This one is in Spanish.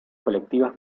colectivas